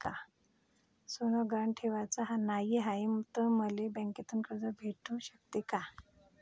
सोनं गहान ठेवाच नाही हाय, त मले बँकेतून कर्ज भेटू शकते का?